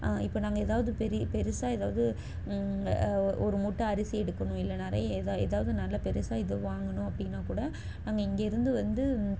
இப்போ நாங்கள் ஏதாவது பெரிய பெருசாக ஏதாவது ஒருமூட்டை அரிசி எடுக்கணும் இல்லை நிறையா எதாது ஏதாவது நல்லா பெருசாக ஏதோ வாங்கணும் அப்படின்னா கூட நாங்கள் இங்கிருந்து வந்து